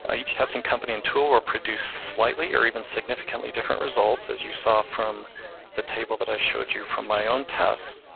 ah each testing company and tool will produce slightly or even significantly different results, as you saw from the table that i showed you from my own test.